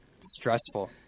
stressful